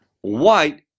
white